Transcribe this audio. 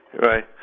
Right